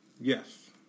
Yes